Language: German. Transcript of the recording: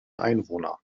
einwohner